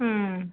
ಹ್ಞೂ